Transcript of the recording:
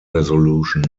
resolution